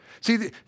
See